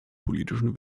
politischen